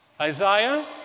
Isaiah